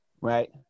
Right